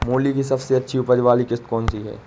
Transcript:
मूली की सबसे अच्छी उपज वाली किश्त कौन सी है?